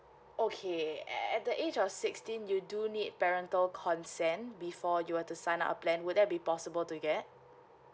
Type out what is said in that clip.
okay a~ at the age of sixteen you do need parental consent before you were to sign up a plan would there be possible to get